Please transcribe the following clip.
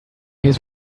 his